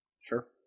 Sure